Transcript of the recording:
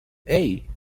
hey